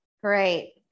Great